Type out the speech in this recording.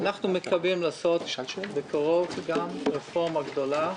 אנחנו מקווים לעשות בקרוב רפורמה גדולה,